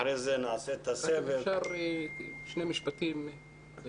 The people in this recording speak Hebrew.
אם אפשר היושב ראש, שני משפטים.